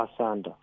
Asanda